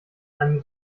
einem